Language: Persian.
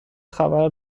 خبر